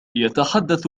يتحدث